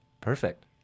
Perfect